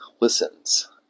listens